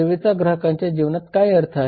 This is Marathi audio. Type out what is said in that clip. सेवेचा ग्राहकांच्या जीवनात काय अर्थ आहे